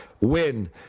win